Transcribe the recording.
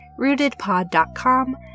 rootedpod.com